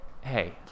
Hey